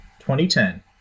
2010